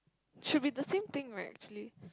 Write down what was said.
should be the same thing right see